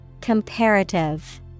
Comparative